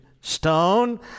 stone